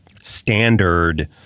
standard